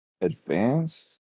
Advance